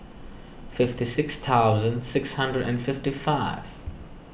fifty six thousand six hundred and fifty five